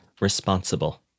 responsible